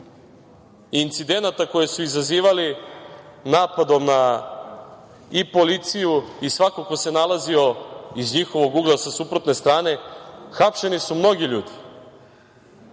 incidenata koje su izazivali napadom na i policiju i svako ko se nalazio iz njihovog ugla sa suprotne strane, hapšeni su mnogi ljudi,